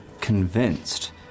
convinced